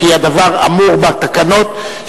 כי הדבר אמור בתקנון,